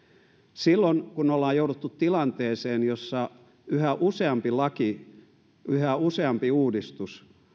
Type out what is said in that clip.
silloin kun ollaan jouduttu tilanteeseen jossa yhä useampi laki yhä useampi uudistus